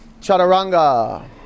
Chaturanga